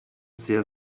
sehr